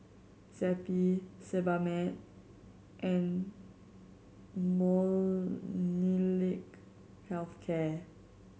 Zappy Sebamed and Molnylcke Health Care